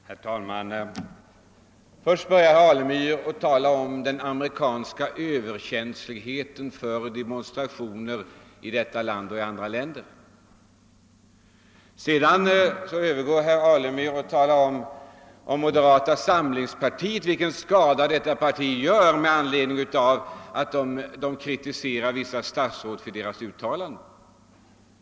Herr talman! Först talade herr Alemyr om den amerikanska överkänsligheten för demonstrationer i Sverige och andra länder, och sedan övergick han till att tala om den skada moderata samlingspartiet gör när det kritiserar vissa statsråd för deras uttalanden.